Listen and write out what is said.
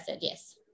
yes